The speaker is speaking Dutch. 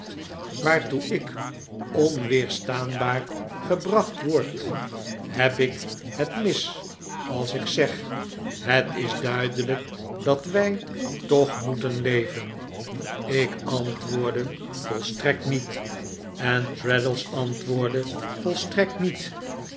waartoe ik onweerstaanbaar gebracht word heb ik het mis als ik zeg het is duidelijk dat wij toch moeten leven ik antwoordde volstrekt niet en traddles antwoordde volstrekt niet